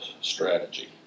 strategy